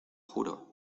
juro